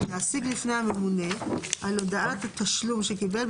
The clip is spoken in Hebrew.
להשיג לפני הממונה על הודעת תשלום שקיבל,